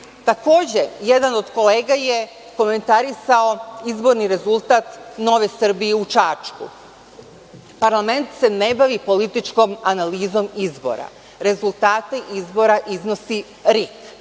sudstva. Takođe, jedan od kolega je komentarisao izborni rezultat Nove Srbije u Čačku. Parlament se ne bavi političkom analizom izbora. Rezultate izbora iznosi RIK.